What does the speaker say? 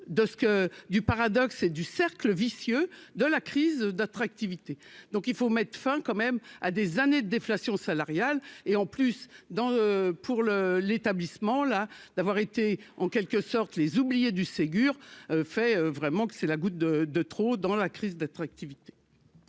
du paradoxe et du cercle vicieux de la crise d'attractivité, donc il faut mettre fin quand même à des années de déflation salariale et en plus, dans pour le l'établissement là d'avoir été en quelque sorte les oubliées du Ségur fait vraiment que c'est la goutte de de trop dans la crise d'attractivité.